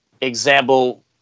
example